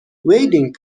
wading